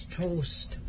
toast